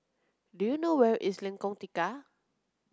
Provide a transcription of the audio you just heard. do you know where is Lengkong Tiga